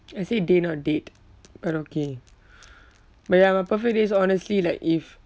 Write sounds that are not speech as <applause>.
I say day not date but okay <breath> but ya my perfect day is honestly like if